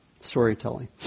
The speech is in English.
storytelling